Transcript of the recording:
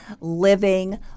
living